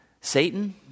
Satan